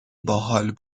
باحال